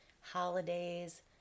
holidays